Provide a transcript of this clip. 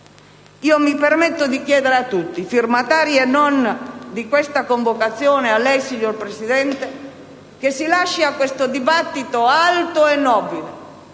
Mi permetto di chiedere a tutti, firmatari e non di questa convocazione, e a lei, signor Presidente, che si lasci a questo dibattito alto e nobile,